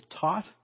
taught